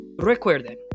Recuerden